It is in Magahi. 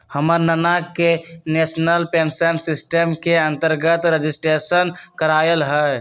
हमर नना ने नेशनल पेंशन सिस्टम के अंतर्गत रजिस्ट्रेशन करायल हइ